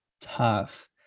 tough